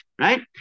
Right